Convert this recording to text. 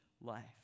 life